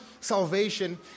salvation